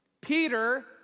Peter